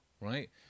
right